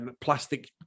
plastic